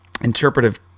interpretive